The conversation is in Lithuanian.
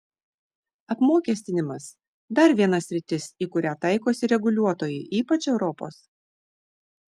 apmokestinimas dar viena sritis į kurią taikosi reguliuotojai ypač europos